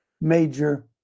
major